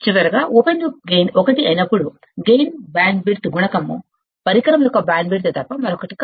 చివరగా open loop gain 1 అయినప్పుడు gain bandwidth product పరికరం యొక్క బ్యాండ్ విడ్త్ తప్ప మరొకటి కాదు